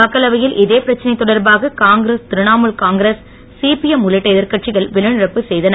மக்களவையில் இதே பிரச்சனை தொடர்பாக காங்கிரஸ் திரணாமூல் காங்கிரஸ் சிபிஎம் உள்ளிட்ட எதிர்கட்சிகள் வெளிநடப்பு செய்தன